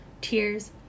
tears